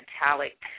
metallic